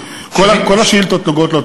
כל השאילתות באתו